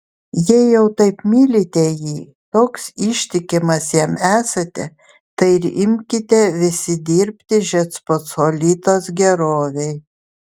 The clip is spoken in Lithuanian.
jei jau taip mylite jį toks ištikimas jam esate tai ir imkite visi dirbti žečpospolitos gerovei